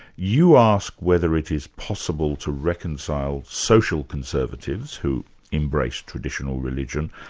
you ask whether it is possible to reconcile social conservatives who embrace traditional religion,